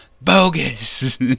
bogus